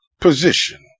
position